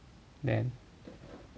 then